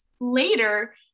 later